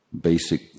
basic